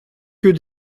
que